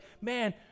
Man